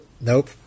Nope